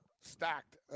Stacked